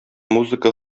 музыка